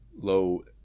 low